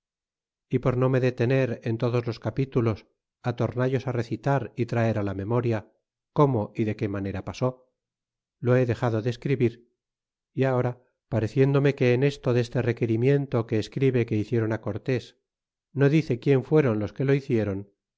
y por no nie detener en todos los capítulos á tornallos á recitar y traer la memoria cómo y de qué manera pasó lo he dexado de escribir y ahora pareciéndome que en esto leste requirimiento que escribe que hicieron á cortes no dice quien fueron los que lo hicieron